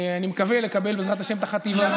אני מקווה לקבל בעזרת השם את החטיבה,